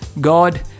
God